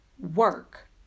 work